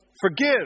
Forgive